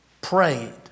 prayed